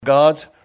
God's